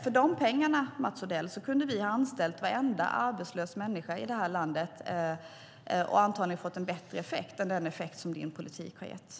För de pengarna, Mats Odell, kunde vi ha anställt varenda arbetslös människa i det här landet och antagligen fått en bättre effekt än den effekt som din politik har gett.